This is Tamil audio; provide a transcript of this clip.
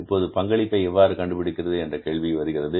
இப்போது பங்களிப்பை எவ்வாறு கண்டுபிடிப்பது என்கிற கேள்வி வருகிறது